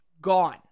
Gone